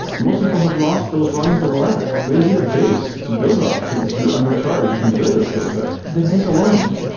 most people have lost those rungs in the ladder. they need a base to build off to to undercharge and build those skillsets. then take a loan.